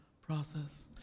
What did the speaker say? process